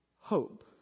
hope